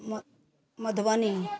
Madhubani